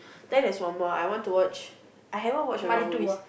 then there's one more I want to watch I haven't watch a lot of movie